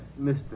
Mr